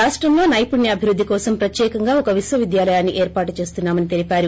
రాష్టంలో నెపుణ్యాభివృద్ది కోసం ప్రత్యేకంగా ఒక విశ్వవిద్యాలయాన్ని ఏర్పాటు చేస్తున్నామని తెలిపారు